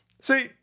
See